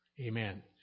Amen